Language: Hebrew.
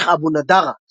"שייח אבו נדארה".